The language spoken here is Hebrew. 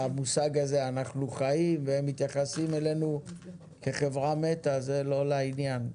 האמירה הזאת: "אנחנו חיים ומתייחסים אלינו כחברה מתה" זה לא לעניין.